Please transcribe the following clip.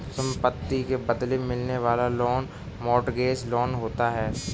संपत्ति के बदले मिलने वाला लोन मोर्टगेज लोन होता है